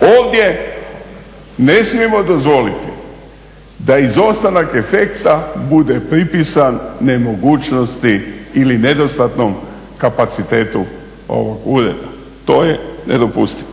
Ovdje ne smijemo dozvoliti da izostanak efekta bude pripisan nemogućnosti ili nedostatnom kapacitetu ovog ureda, to je nedopustivo.